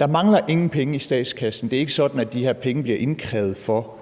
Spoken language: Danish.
Der mangler ingen penge i statskassen. Det er ikke sådan, at de her penge bliver indkrævet for